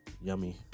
yummy